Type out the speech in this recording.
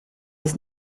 ist